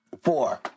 Four